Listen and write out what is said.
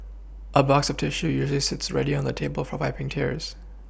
a box of tissue usually sits ready on the table for wiPing tears